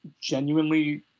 genuinely